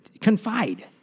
confide